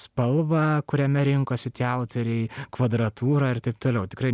spalvą kuriame rinkosi tie autoriai kvadratūrą ir taip toliau tikrai